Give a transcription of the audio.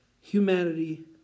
humanity